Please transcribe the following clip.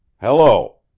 Hello